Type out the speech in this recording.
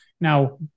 now